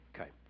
Okay